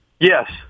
Yes